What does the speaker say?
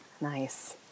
Nice